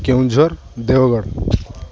Keonjhar Deogarh